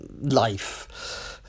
life